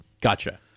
gotcha